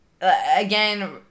Again